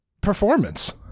performance